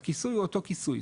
הכיסוי הוא אותו כיסוי.